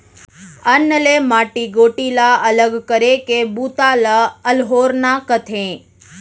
अन्न ले माटी गोटी ला अलग करे के बूता ल अल्होरना कथें